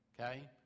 okay